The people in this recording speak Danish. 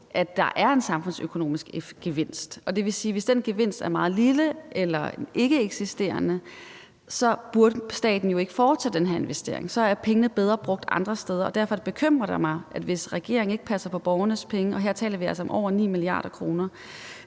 at der er en samfundsøkonomisk gevinst, og det vil sige, at hvis den gevinst er meget lille eller ikkeeksisterende, burde staten jo ikke foretage den her investering; så er pengene bedre brugt andre steder. Derfor bekymrer det mig, hvis regeringen ikke passer på borgernes penge, og her taler vi altså om over 9 mia. kr.